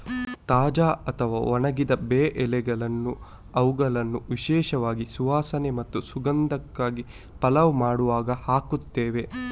ತಾಜಾ ಅಥವಾ ಒಣಗಿದ ಬೇ ಎಲೆಗಳನ್ನ ಅವುಗಳ ವಿಶಿಷ್ಟ ಸುವಾಸನೆ ಮತ್ತು ಸುಗಂಧಕ್ಕಾಗಿ ಪಲಾವ್ ಮಾಡುವಾಗ ಹಾಕ್ತೇವೆ